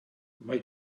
mae